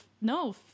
No